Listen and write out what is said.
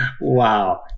Wow